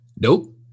Nope